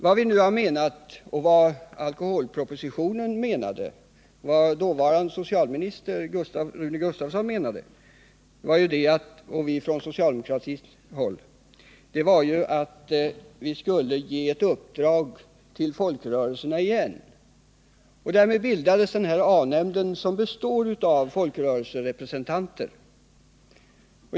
Vad vi från socialdemokratiskt håll menade, vad alkoholpropositionen gick ut på och vad dåvarande socialministern Rune Gustavsson ansåg var att vi åter skulle ge ett uppdrag till folkrörelserna. Därmed bildades A-nämnden, som består av folkrörelserepresentanter.